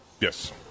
Yes